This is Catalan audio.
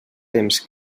temps